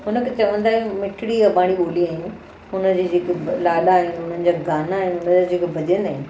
हिनखे चवंदा ई मिठड़ी अॿाणी ॿोली आहियूं हुनजे जेके लाॾा आहिनि हुननि जा गाना आहिनि हुनजा जेके भॼन आहिनि